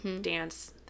Dance